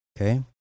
Okay